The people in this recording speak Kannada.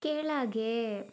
ಕೆಳಗೆ